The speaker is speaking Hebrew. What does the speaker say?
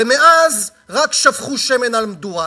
ומאז רק שפכו שמן על המדורה.